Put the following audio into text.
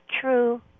true